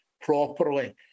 properly